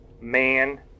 Man